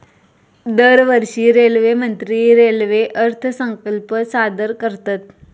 दरवर्षी रेल्वेमंत्री रेल्वे अर्थसंकल्प सादर करतत